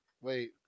wait